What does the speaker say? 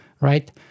Right